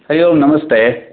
हरि ओम् नमस्ते